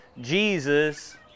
Jesus